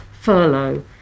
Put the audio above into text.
furlough